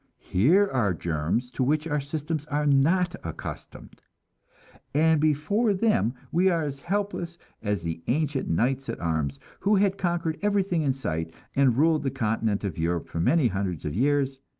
here are germs to which our systems are not accustomed and before them we are as helpless as the ancient knights-at-arms, who had conquered everything in sight, and ruled the continent of europe for many hundreds of years,